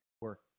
work